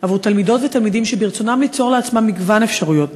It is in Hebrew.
עבור תלמידות ותלמידים שברצונם ליצור לעצמם מגוון אפשרויות,